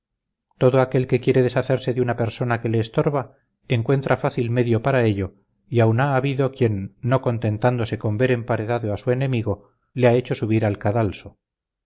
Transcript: todo aquel que quiere deshacerse de una persona que le estorba encuentra fácil medio para ello y aun ha habido quien no contentándose con ver emparedado a su enemigo le ha hecho subir al cadalso